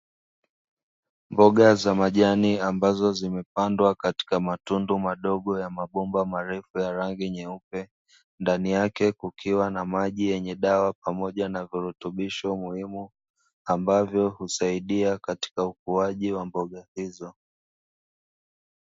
Mboga za majani ambazo zimepandwa katika matundu madogo ya mabomba marefu ya rangi nyeupe, ndani yake kukiwa na maji yenye dawa pamoja na virutubisho muhimu ambavyo husaidia katika ukuaji wa mboga hizo.